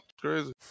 Crazy